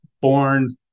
born